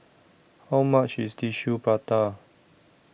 How much IS Tissue Prata